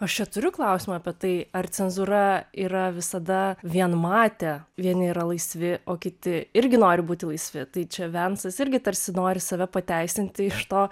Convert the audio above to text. aš čia turiu klausimą apie tai ar cenzūra yra visada vienmatė vieni yra laisvi o kiti irgi nori būti laisvi tai čia vensas irgi tarsi nori save pateisinti iš to